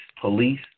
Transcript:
Police